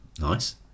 Nice